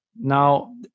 Now